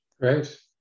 Great